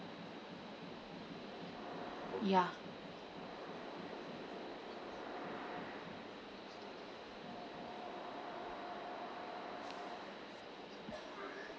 ya